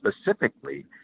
specifically